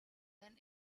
then